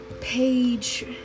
page